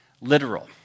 literal